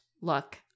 look